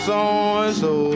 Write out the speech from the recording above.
So-and-so